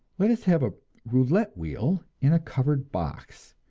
let us have a roulette wheel in a covered box,